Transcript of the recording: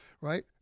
right